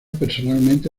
personalmente